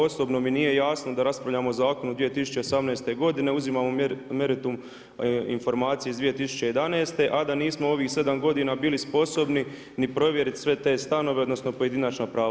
Osobno mi nije jasno da raspravljamo o zakonu 2018. godine, uzimamo meritum informacije iz 2011. a da nismo ovih 7 godina bili sposobni ni provjeriti sve te stanove odnosno pojedinačna prava.